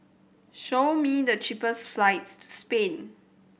show me the cheapest flights to Spain